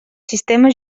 sistema